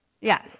Yes